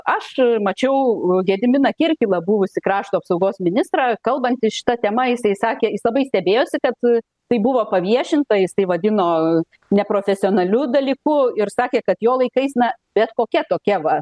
aš mačiau gediminą kirkilą buvusį krašto apsaugos ministrą kalbantį šita tema jisai sakė jis labai stebėjosi kad tai buvo paviešinta jis tai vadino neprofesionaliu dalyku ir sakė kad jo laikais na bet kokia tokia va